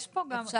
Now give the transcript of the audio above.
יש פה גם,